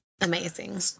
amazing